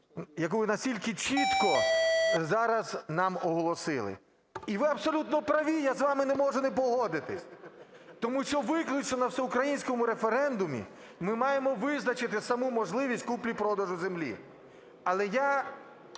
яку ви настільки чітко зараз нам оголосили. І я ви абсолютно праві, я з вами не можу не погодитись, тому що виключно на всеукраїнському референдумі ми маємо визначити саму можливість купівлі-продажу землі. Але я